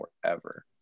forever